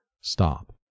stop